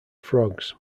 frogs